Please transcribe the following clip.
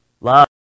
love